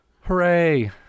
Hooray